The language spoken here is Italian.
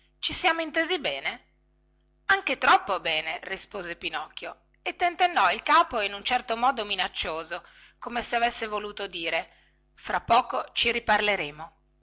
ci siamo intesi bene anche troppo bene rispose pinocchio e tentennò il capo in un certo modo minaccioso come se avesse voluto dire fra poco ci riparleremo